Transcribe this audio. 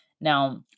Now